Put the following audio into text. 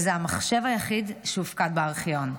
וזה המחשב היחיד שהופקד בארכיון.